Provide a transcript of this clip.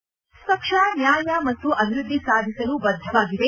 ಕಾಂಗ್ರೆಸ್ ಪಕ್ಷ ನ್ಯಾಯ ಮತ್ತು ಅಭಿವೃದ್ಧಿ ಸಾಧಿಸಲು ಬದ್ಧವಾಗಿದೆ